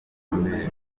mbere